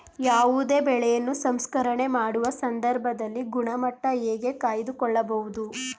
ಯಾವುದೇ ಬೆಳೆಯನ್ನು ಸಂಸ್ಕರಣೆ ಮಾಡುವ ಸಂದರ್ಭದಲ್ಲಿ ಗುಣಮಟ್ಟ ಹೇಗೆ ಕಾಯ್ದು ಕೊಳ್ಳಬಹುದು?